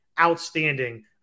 outstanding